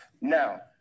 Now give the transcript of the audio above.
Now